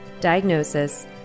diagnosis